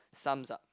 sums up